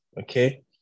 okay